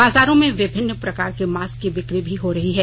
बाजारों में विभिन्न प्रकार के मास्क की बिक्री भी हो रही है